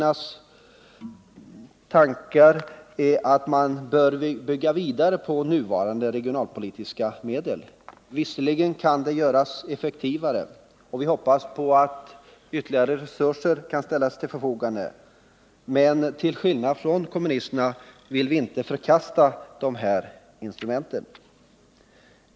Utskottet menar att man bör bygga vidare på de nuvarande regionalpolitiska medlen. Visserligen kan det göras effektivare, och vi hoppas att ytterligare resurser kan ställas till förfogande, men till skillnad från kommunisterna vill vi inte förkasta de här instrumenten.